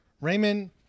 Raymond